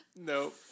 Nope